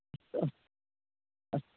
अस्तु अस्तु